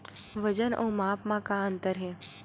वजन अउ माप म का अंतर हे?